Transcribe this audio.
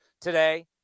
today